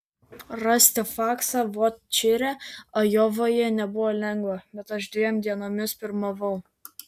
rasti faksą vot čire ajovoje nebuvo lengva bet aš dviem dienomis pirmavau